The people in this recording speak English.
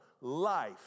life